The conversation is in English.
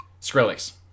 Skrillex